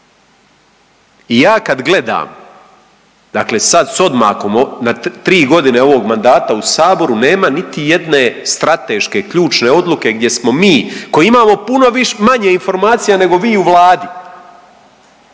I ja kad gledam, dakle sad sa odmakom na tri godine ovog mandata u Saboru nema niti jedne strateške ključne odluke gdje smo mi koji imamo puno manje informacija nego vi u Vladi